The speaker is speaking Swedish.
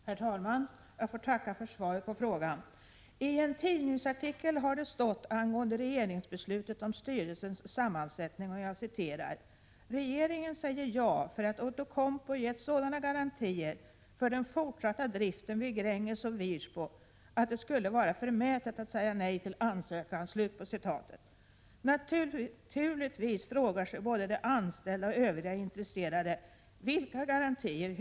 Herr talman! Jag får tacka för svaret på frågan. I en tidningsartikel har det angående regeringsbeslutet om styrelsesammansättningen stått: ”Regeringen säger ja för att Outokumpu gett sådana garantier för den fortsatta driften vid Gränges och Wirsbo att det skulle vara förmätet att säga nej till ansökan.” Naturligtvis frågar sig både de anställda och övriga intresserade: Vilka är garantierna?